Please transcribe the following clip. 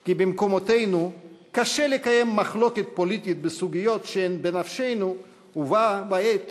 כי במקומותינו קשה לקיים מחלוקת פוליטית בסוגיות שהן בנפשנו ובה בעת